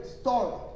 started